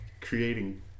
creating